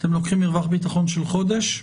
אתם לוקחים מרווח ביטחון של חודש?